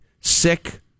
sick